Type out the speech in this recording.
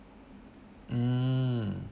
um